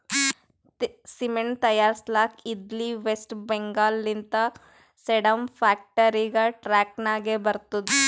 cement ತೈಯಾರ್ಸ್ಲಕ್ ಇದ್ಲಿ ವೆಸ್ಟ್ ಬೆಂಗಾಲ್ ಲಿಂತ ಸೇಡಂ ಫ್ಯಾಕ್ಟರಿಗ ಟ್ರಕ್ ನಾಗೆ ಬರ್ತುದ್